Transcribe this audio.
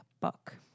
book